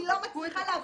אני לא מצליחה להבין,